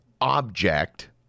object